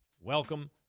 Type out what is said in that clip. welcome